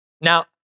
Now